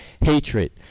hatred